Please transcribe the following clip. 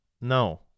No